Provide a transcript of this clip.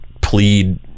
plead